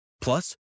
Plus